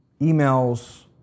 emails